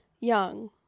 young